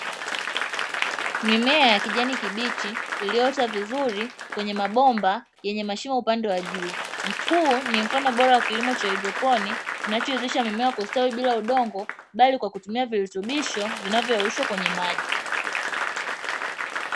Mimea ya kijani kibichi iliyoota vizuri kwenye mabomba yenye mashimo upande wa juu. Huo ni mfano bora wa kilimo cha haidroponi kinachowezesha mimea kustawi bila udongo bali kwa kutumia virutubisho vilivyoyeyushwa kwenye maji.